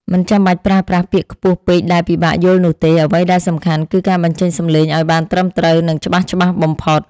មិនចាំបាច់ប្រើប្រាស់ពាក្យខ្ពស់ពេកដែលពិបាកយល់នោះទេអ្វីដែលសំខាន់គឺការបញ្ចេញសំឡេងឱ្យបានត្រឹមត្រូវ និងច្បាស់ៗបំផុត។